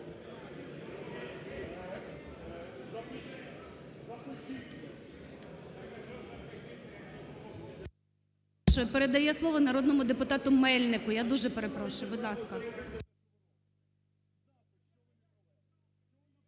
передає слово… народному депутату Мельнику. Я дуже перепрошую. Будь ласка.